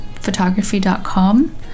photography.com